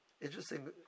Interesting